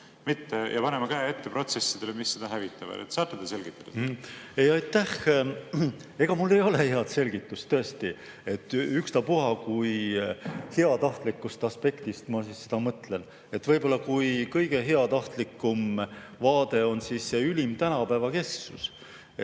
ja panema käe ette protsessidele, mis seda hävitavad. Saate te selgitada? Aitäh! Ega mul ei ole head selgitust tõesti, ükspuha kui heatahtlikust aspektist ma sellele mõtlen. Võib-olla kõige heatahtlikum vaade on see ülim tänapäevakesksus.